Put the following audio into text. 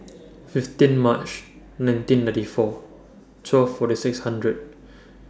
fifteen March nineteen ninety four twelve forty six hundred